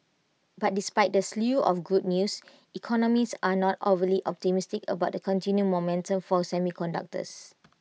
but despite the slew of good news economists are not overly optimistic about the continued momentum for semiconductors